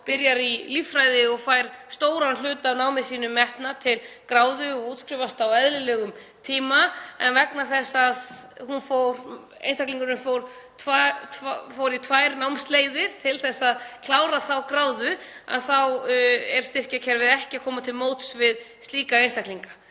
byrjar í líffræði og fær stóran hluta af námi sínu metinn til gráðu og útskrifast á eðlilegum tíma en vegna þess að einstaklingurinn fór í tvær námsleiðir til að klára þá gráðu þá er styrkjakerfið ekki að koma til móts við slíka einstaklinga.